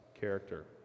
character